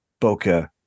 bokeh